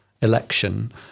election